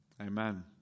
Amen